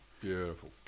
Beautiful